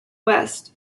west